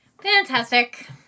Fantastic